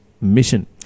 Mission